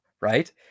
right